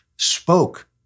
spoke